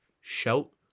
shout